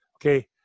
Okay